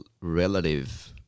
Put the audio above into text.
relative